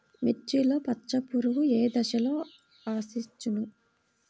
మిర్చిలో పచ్చ పురుగు ఏ దశలో ఆశించును?